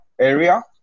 area